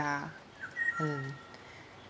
ya mm